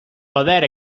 poder